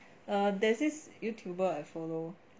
err there's this youtuber I follow